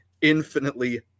infinitely